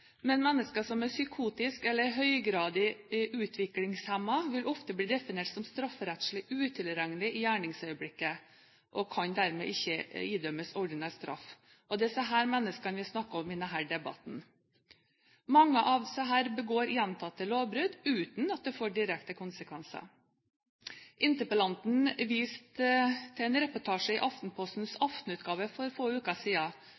Men mennesker som er psykotiske eller høygradig utviklingshemmede, vil ofte bli definert som strafferettslig utilregnelige i gjerningsøyeblikket og kan dermed ikke idømmes ordinær straff. Det er disse menneskene vi snakker om i denne debatten. Mange av disse begår gjentatte lovbrudd uten at det får direkte konsekvenser. Interpellanten viser til en reportasje i Aftenpostens aftenutgave for få uker